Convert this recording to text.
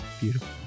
Beautiful